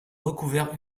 recouvert